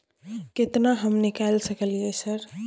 केतना हम निकाल सकलियै सर?